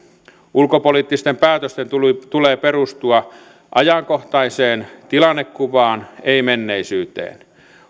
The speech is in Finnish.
ulkopoliittisten päätösten tulee tulee perustua ajankohtaiseen tilannekuvaan ei menneisyyteen